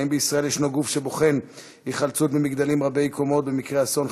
האם בישראל ישנו גוף שבוחן היחלצות ממגדלים רבי קומות במקרה אסון,